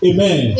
Amen